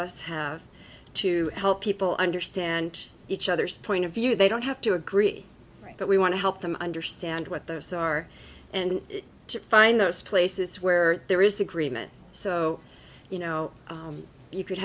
us have to help people understand each other's point of view they don't have to agree but we want to help them understand what those are and to find those places where there is agreement so you know you could